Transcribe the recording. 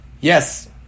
Yes